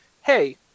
hey